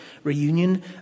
reunion